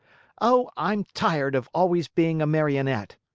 oh, i'm tired of always being a marionette!